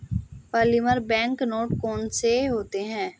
polymer bank note कौन से होते हैं